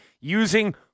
using